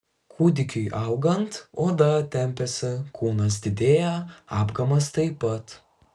kūdikiui augant oda tempiasi kūnas didėja apgamas taip pat